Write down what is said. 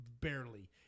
barely